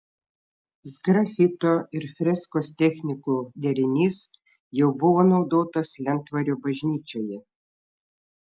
sgrafito ir freskos technikų derinys jau buvo naudotas lentvario bažnyčioje